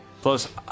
Plus